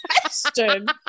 question